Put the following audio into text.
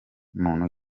muntu